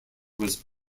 was